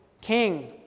king